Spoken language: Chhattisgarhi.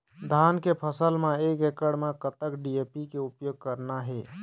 धान के फसल म एक एकड़ म कतक डी.ए.पी के उपयोग करना हे?